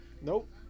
Nope